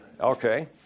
Okay